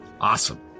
awesome